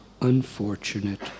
unfortunate